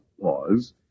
pause